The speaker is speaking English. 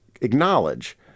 acknowledge